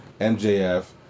MJF